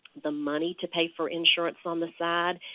the money to pay for insurance on the side,